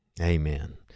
Amen